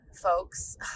folks